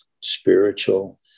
spiritual